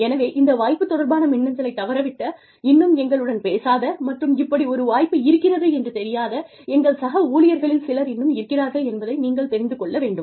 எனவே இந்த வாய்ப்பு தொடர்பான மின்னஞ்சலைத் தவறவிட்ட இன்னும் எங்களுடன் பேசாத மற்றும் இப்படி ஒரு வாய்ப்பு இருக்கிறது என்று தெரியாத எங்கள் சக ஊழியர்களில் சிலர் இன்னும் இருக்கிறார்கள் என்பதை நீங்கள் தெரிந்து கொள்ள வேண்டும்